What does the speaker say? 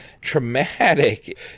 traumatic